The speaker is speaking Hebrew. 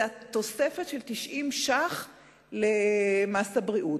תוספת של 90 שקלים למס הבריאות.